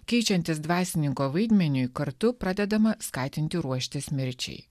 keičiantis dvasininko vaidmeniui kartu pradedama skatinti ruoštis mirčiai